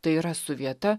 tai yra su vieta